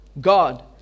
God